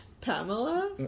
Pamela